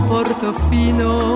Portofino